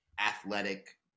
athletic